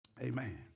Amen